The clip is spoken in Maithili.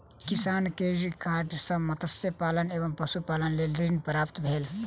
किसान क्रेडिट कार्ड सॅ मत्स्य पालन एवं पशुपालनक लेल ऋण प्राप्त भेल